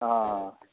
हँ